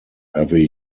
every